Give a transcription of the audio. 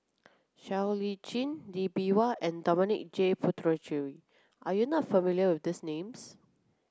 Siow Lee Chin Lee Bee Wah and Dominic J Puthucheary are you not familiar with these names